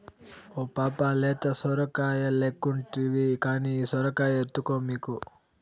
ఓ పాపా లేత సొరకాయలెక్కుంటివి కానీ ఈ సొరకాయ ఎత్తుకో మీకు